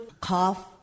cough